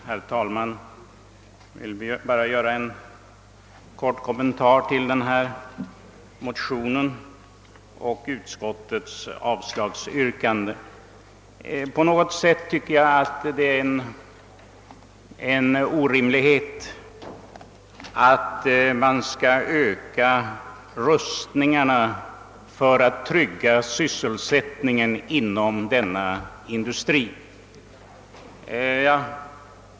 Herr talman! Jag vill bara göra en kort kommentar till förevarande motionspar och till utskottets avstyrkande. Jag tycker att det på något sätt är orimligt att öka rustningarna enbart för att trygga sysselsättningen inom försvarsindustrin.